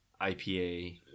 IPA